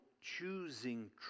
choosing